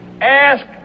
ask